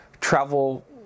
travel